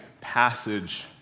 passage